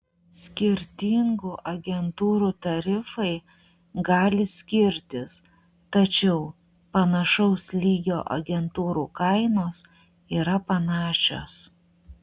skirtingų agentūrų tarifai gali skirtis tačiau panašaus lygio agentūrų kainos yra panašios